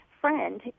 friend